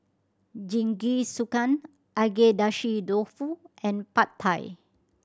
Jingisukan Agedashi Dofu and Pad Thai